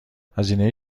هزینه